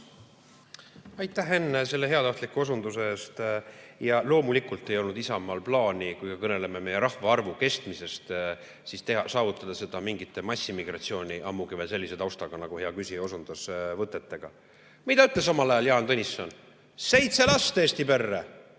Aitäh, Henn, selle heatahtliku osunduse eest! Loomulikult ei olnud Isamaal plaani, kui me kõneleme meie rahvaarvu kestmisest, saavutada seda mingite massimigratsiooni võtetega, ammugi veel sellise taustaga nagu hea küsija osundas. Mida ütles omal ajal Jaan Tõnisson? Seitse last Eesti perre!